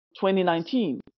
2019